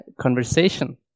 conversation